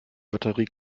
batterie